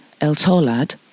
El-Tolad